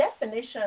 definition